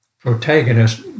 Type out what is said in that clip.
protagonist